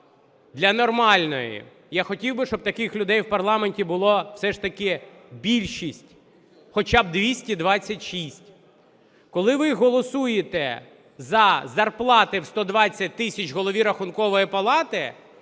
для нормальної? Я хотів би, щоб таких людей в парламенті була все ж таки більшість, хоча б 226. Коли ви голосуєте за зарплати у 120 тисяч Голові Рахункової палати